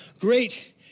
great